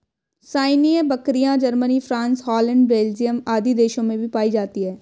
सानेंइ बकरियाँ, Germany, France, Holland, Belgium आदि देशों में भी पायी जाती है